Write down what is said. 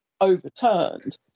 overturned